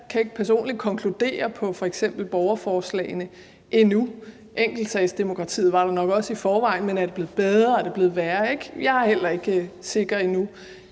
Jeg kan ikke personligt konkludere på f.eks. borgerforslagene endnu. Enkeltsagsdemokratiet var der nok også i forvejen, men er det blevet bedre, eller er det blevet værre? Jeg er heller ikke sikker endnu.